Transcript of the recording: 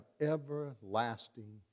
everlasting